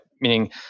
meaning